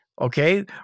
okay